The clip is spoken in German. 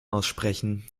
aussprechen